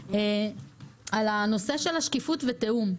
על הנושא של שקיפות תיאום.